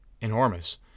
enormous